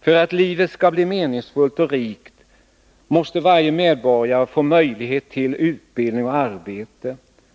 För att livet skall bli meningsfullt och rikt måste varje medborgare få möjlighet till utbildning och arbete.